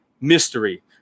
Mystery